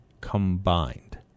combined